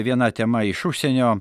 viena tema iš užsienio